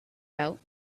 out